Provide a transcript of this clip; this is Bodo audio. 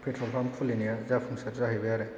पेट्रल पाम्प खुलिनाया जाफुंसार जाहैबाय आरो